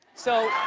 so,